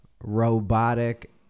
robotic